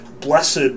blessed